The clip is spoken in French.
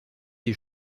des